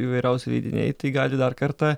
įvairiausi leidiniai tai gali dar kartą